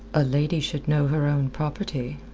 a lady should know her own property,